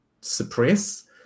suppress